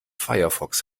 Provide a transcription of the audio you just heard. firefox